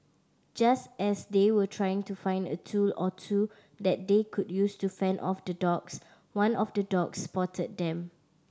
just as they were trying to find a tool or two that they could use to fend off the dogs one of the dogs spotted them